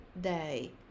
day